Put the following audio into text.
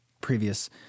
previous